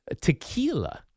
Tequila